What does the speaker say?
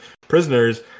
Prisoners